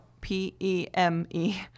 P-E-M-E